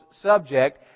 subject